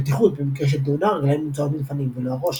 בטיחות במקרה של תאונה הרגליים נמצאות מלפנים ולא הראש.